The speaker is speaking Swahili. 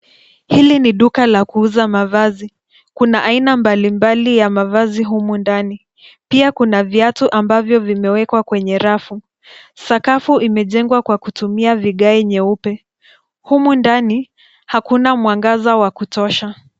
Hili ni duka la kuuza mavazi. Kuna aina mbali mbali ya mavazi humu ndani. Pia kuna viatu ambavyo vimewekwa kwenye rafu. Sakafu imejengwa kwa kutumia vigae nyeupe. Humu ndani, hakuna mwangaza wa kutosha.